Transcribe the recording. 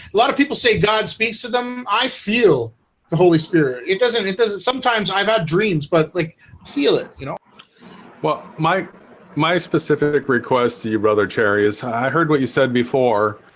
a lot of people say god speaks to them. i feel the holy spirit it doesn't it doesn't sometimes i've had dreams but like feel it, you know well, mike my specific request to you brother. cherry is i heard what you said before